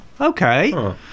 okay